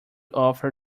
offer